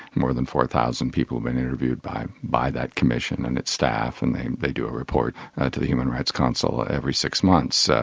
more than four thousand people have been interviewed by by that commission and its staff, and they they do a report to the human rights council every six months. ah